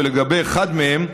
ואחד מהם,